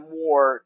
more